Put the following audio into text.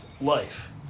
life